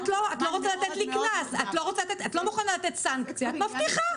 את לא מוכנה לתת סנקציה את מבטיחה.